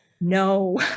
No